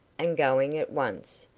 and going at once,